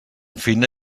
fina